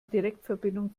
direktverbindung